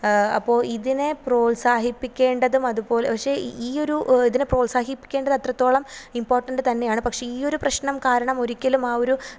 അപ്പോൾ ഇതിനെ പ്രോത്സാഹിപ്പിക്കേണ്ടതും അതുപോലെ പക്ഷേ ഈ ഈയൊരു ഇതിനെ പ്രോത്സാഹിപ്പിക്കേണ്ടത് അത്രത്തോളം ഇംപോർട്ടൻ്റ് തന്നെയാണ് പക്ഷേ ഈയൊരു പ്രശ്നം കാരണം ഒരിക്കലും ആ ഒരു